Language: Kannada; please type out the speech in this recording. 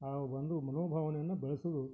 ಆ ಒಂದು ಮನೋಭಾವನೆಯನ್ನು ಬೆಳ್ಸೋದು